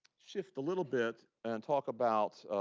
shift a little bit and talk about